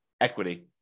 equity